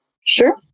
Sure